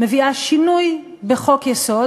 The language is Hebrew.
מביאה שינוי בחוק-יסוד,